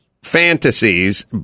Fantasies